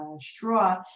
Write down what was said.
straw